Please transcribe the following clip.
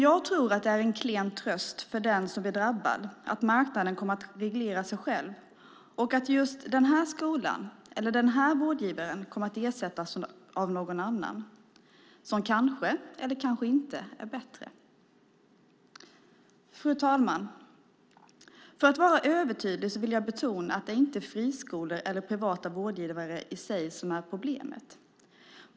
Jag tror att det är en klen tröst för den som är drabbad att marknaden kommer att reglera sig själv och att just den här skolan eller den här vårdgivaren kommer att ersättas av någon annan som kanske, eller kanske inte, är bättre. Fru talman! För att vara övertydlig vill jag betona att det inte är friskolor eller privata vårdgivare i sig som är problemet.